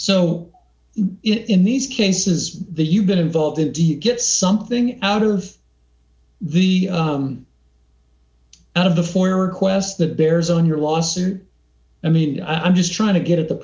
so in these cases the you've been involved in do you get something out of the out of the four or quest that bears on your lawsuit i mean i'm just trying to get at the